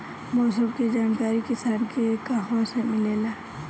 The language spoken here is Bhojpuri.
मौसम के जानकारी किसान के कहवा से मिलेला?